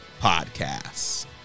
podcasts